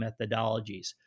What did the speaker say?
methodologies